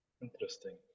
interesting